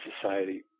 society